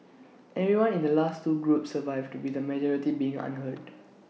everyone in the last two groups survived with A majority being unhurt